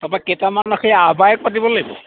তাপা কেইটামান পাতিব লাগিব